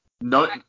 No